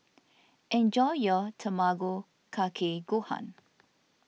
enjoy your Tamago Kake Gohan